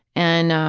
and